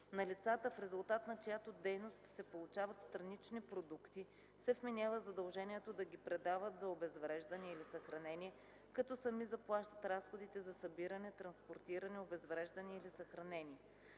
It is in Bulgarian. На лицата, в резултат на чиято дейност се получават странични продукти, се вменява задължението да ги предават за обезвреждане или съхранение, като сами заплащат разходите за събиране, транспортиране, обезвреждане или съхранение.